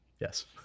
yes